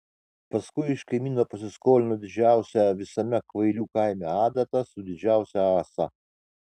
paskui iš kaimyno pasiskolino didžiausią visame kvailių kaime adatą su didžiausia ąsa